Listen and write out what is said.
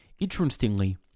Interestingly